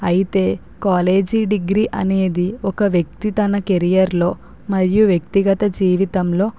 అయితే college degree అనేది ఒక వ్యక్తి తన కెరియర్ లో మరియు వ్యక్తిగత జీవితంలో